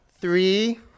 three